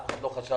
אף אחד לא חשב,